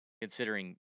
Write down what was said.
considering